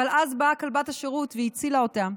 אבל אז באה כלבת השירות והצילה אותה.